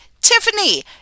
Tiffany